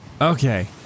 Okay